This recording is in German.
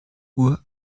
uhr